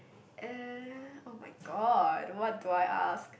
uh !oh-my-god! what do I ask